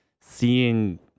seeing